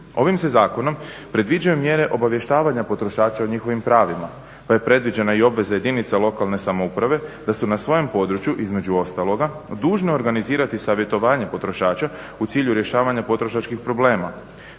Ovim se zakonom predviđaju mjere obavještavanja potrošača o njihovim pravima pa je predviđena i obveza jedinice lokalne samouprave da su na svojem području između ostaloga dužne organizirati savjetovanje potrošača u cilju rješavanja potrošačkih problema.